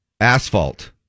Asphalt